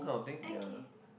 okay